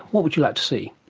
what would you like to see?